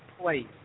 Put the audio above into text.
place